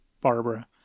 Barbara